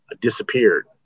disappeared